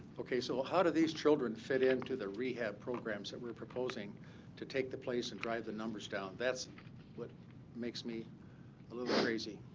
ok, so how do these children fit into the rehab programs that we're proposing to take the place and drive the numbers down? that's what makes me a little crazy.